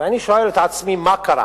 ואני שואל את עצמי מה קרה,